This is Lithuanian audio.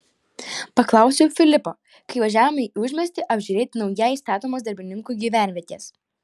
paklausiau filipo kai važiavome į užmiestį apžiūrėti naujai statomos darbininkų gyvenvietės